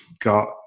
Got